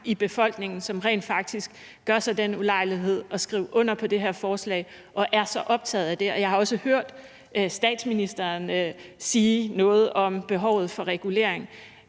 i befolkningen, som rent faktisk gør sig den ulejlighed at skrive under på det her forslag og er så optaget af det – jeg har også hørt statsministeren sige noget om behovet for regulering